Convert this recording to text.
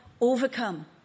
overcome